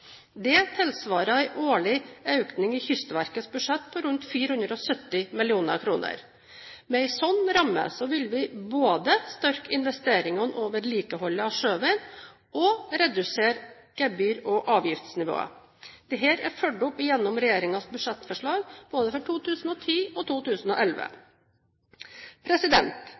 Det tilsvarer en årlig økning i Kystverkets budsjett på rundt 470 mill. kr. Med en slik ramme vil vi både styrke investeringene og vedlikeholdet av sjøveien og redusere gebyr- og avgiftsnivået. Dette er fulgt opp gjennom regjeringens budsjettforslag både for 2010 og 2011.